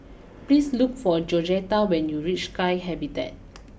please look for Georgetta when you reach Sky Habitat